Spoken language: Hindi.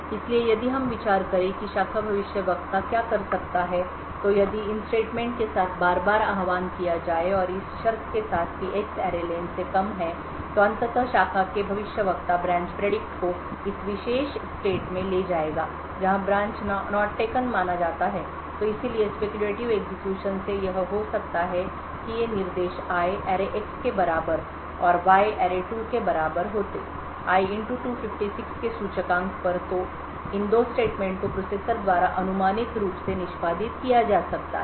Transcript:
इसलिए यदि हम विचार करें कि शाखा भविष्यवक्ता क्या करेगा तो यदि इन स्टेटमेंट के साथ बार बार आह्वान किया जाए और इस शर्त के साथ कि X array len से कम है तो अंततः शाखा के भविष्यवक्ता को इस विशेष स्टेटमें ले जाएगा जहां ब्रांच नॉट टेकन माना जाता है तो इसीलिए स्पेक्युलेटिव एग्जीक्यूशन से यह हो सकता है कि ये निर्देश I arrayX के बराबर और Y array2 के बराबर होते I 256 के सूचकांक पर तो इन दो स्टेटमेंट को प्रोसेसर द्वारा अनुमानित रूप से निष्पादित किया जा सकता है